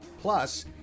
Plus